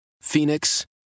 Phoenix